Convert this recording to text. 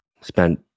Spent